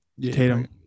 tatum